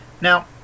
Now